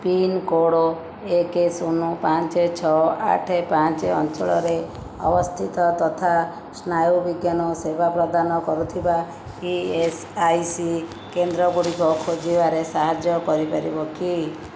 pincode ଏକ ଶୂନ ପାଞ୍ଚ ଛଅ ଆଠ ପାଞ୍ଚ ଅଞ୍ଚଳରେ ଅବସ୍ଥିତ ତଥା ସ୍ନାୟୁବିଜ୍ଞାନ ସେବା ପ୍ରଦାନ କରୁଥିବା ଇ ଏସ୍ ଆଇ ସି କେନ୍ଦ୍ର ଗୁଡ଼ିକ ଖୋଜିବାରେ ସାହାଯ୍ୟ କରିପାରିବ କି